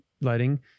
lighting